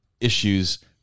issues